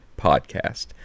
Podcast